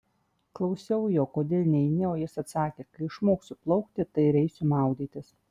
klausiau jo kodėl neini o jis atsakė kai išmoksiu plaukti tai ir eisiu maudytis